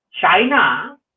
China